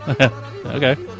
Okay